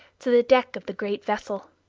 to the deck of the great vessel.